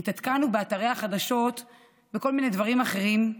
התעדכנו באתרי החדשות בכל מיני דברים אחרים,